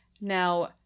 Now